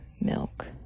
milk